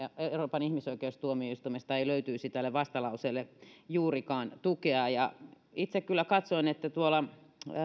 euroopan ihmisoikeustuomioistuimesta ei löytyisi tälle vastalauseelle juurikaan tukea itse kyllä katsoin että tuolta